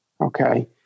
okay